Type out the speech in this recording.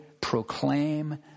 proclaim